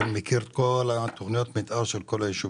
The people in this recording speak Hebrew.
ואני מכיר את כל תכניות המתאר של כל היישובים,